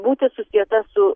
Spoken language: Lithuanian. būti susieta su